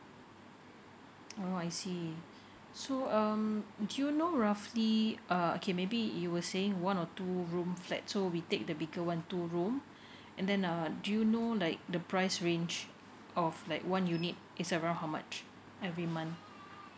oh I see so um do you know roughly uh okay maybe you were saying one or two room flat so we take the bigger one two room and then uh do you know like the price range of like one unit is around how much every month